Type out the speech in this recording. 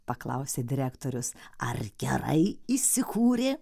paklausė direktorius ar gerai įsikūrė